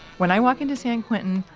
when i walk into san quentin,